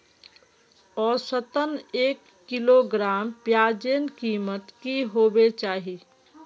औसतन एक किलोग्राम प्याजेर कीमत की होबे चही?